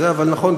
אבל נכון,